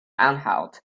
anhalt